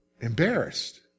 Embarrassed